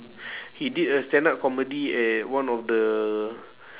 he did a stand up comedy at one of the